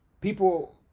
People